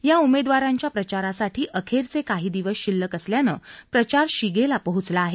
या उमेदवारांच्या प्रचारासाठी अखेरचे काही दिवस शिल्लक असल्यानं प्रचार शिगेला पोहोचला आहे